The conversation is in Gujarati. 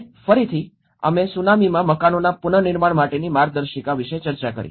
અને ફરીથી અમે સુનામીમાં મકાનોના પુનર્નિર્માણ માટેની માર્ગદર્શિકા વિશે ચર્ચા કરી